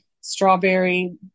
strawberry